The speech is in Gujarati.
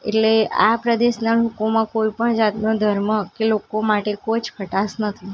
એટલે આ પ્રદેશના લોકોમાં કોઈપણ જાતનો ધર્મ કે લોકો માટે કોઈ જ ખટાશ નથી